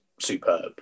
superb